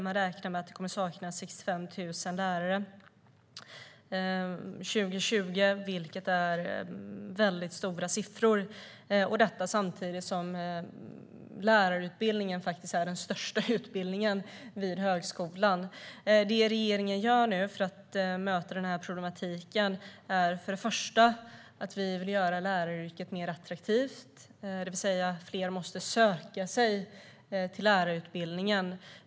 Man räknar med att det kommer att saknas 65 000 lärare år 2020, vilket är en väldigt hög siffra. Samtidigt är lärarutbildningen faktiskt den största utbildningen vid högskolan. Det regeringen nu gör för att möta problematiken är att först och främst satsa på att göra läraryrket mer attraktivt. Fler måste söka sig till lärarutbildningen.